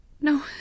no